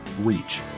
reach